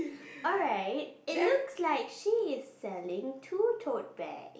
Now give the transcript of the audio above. alright it looks like she is selling two tote bags